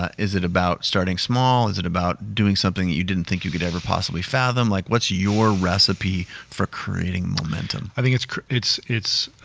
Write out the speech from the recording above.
ah is it about starting small? is it about doing something you didn't think you could ever possibly fathom? like what's your recipe for creating momentum? i think it's it's